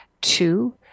Two